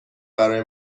برای